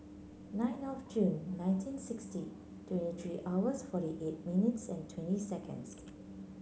nine of June nineteen sixty twenty three hours forty eight minutes and twenty seconds